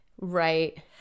right